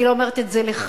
אני לא אומרת את זה לך,